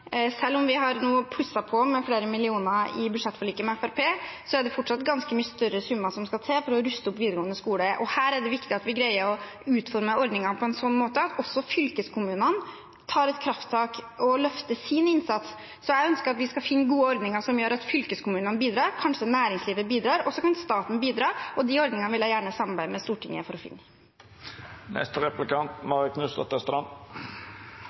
selv om vi nå har plusset på med flere millioner i budsjettforliket med Fremskrittspartiet, er det fortsatt ganske mye større summer som skal til for å ruste opp videregående skole. Her er det viktig at vi greier å utforme ordningene på en sånn måte at også fylkeskommunene tar et krafttak og løfter sin innsats. Så jeg ønsker at vi skal finne gode ordninger som gjør at fylkeskommunene bidrar, kanskje at næringslivet bidrar, og så kan staten bidra. De ordningene vil jeg gjerne samarbeide med Stortinget for å